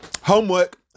Homework